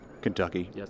Kentucky